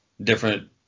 different